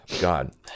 God